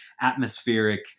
atmospheric